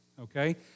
Okay